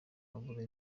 habura